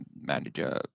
manager